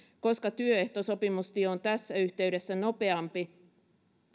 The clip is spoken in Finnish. koska työehtosopimustie on tässä yhteydessä nopeampi